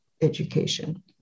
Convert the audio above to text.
education